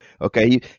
Okay